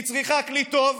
היא צריכה כלי טוב,